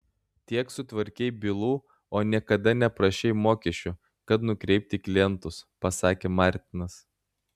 tiek sutvarkei bylų o niekada nepaprašei mokesčio kad nukreipi klientus pasakė martinas